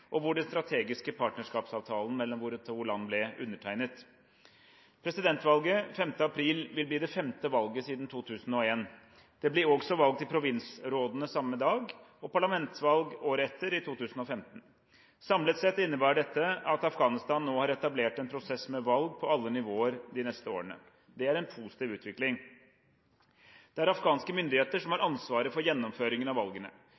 og hvor den den strategiske partnerskapsavtalen mellom våre to land ble undertegnet. Presidentvalget 5. april vil bli det femte valget siden 2001. Det blir også valg til provinsrådene samme dag og parlamentsvalg året etter, i 2015. Samlet sett innebærer dette at Afghanistan nå har etablert en prosess med valg på alle nivåer de neste årene. Det er en positiv utvikling. Det er afghanske myndigheter som har ansvaret for gjennomføring av valgene.